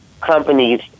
companies